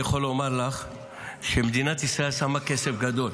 אני יכול לומר לך שמדינת ישראל שמה כסף גדול,